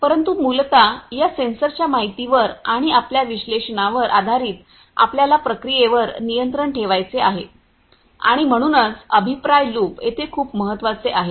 परंतु मूलत या सेन्सरच्या माहिती वर आणि आपल्या विश्लेषणावर आधारित आपल्याला प्रक्रियेवर नियंत्रण ठेवायचे आहे आणि म्हणूनच अभिप्राय लूप येथे खूप महत्वाचे आहे